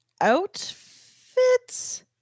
outfits